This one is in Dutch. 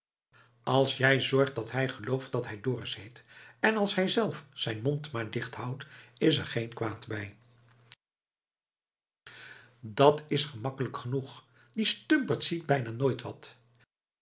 als jij zorgt dat hij gelooft dat hij dorus heet en als hij zelf zijn mond maar dicht houdt is er geen kwaad bij dat's gemakkelijk genoeg de stumperd ziet bijna nooit wat